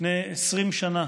לפני 20 שנה